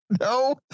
No